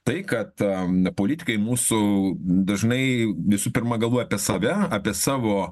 tai kad am politikai mūsų dažnai visų pirma galvoja apie save apie savo